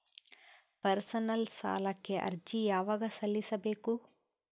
Personal ಸಾಲಕ್ಕೆ ಅರ್ಜಿ ಯವಾಗ ಸಲ್ಲಿಸಬೇಕು?